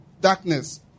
darkness